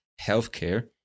healthcare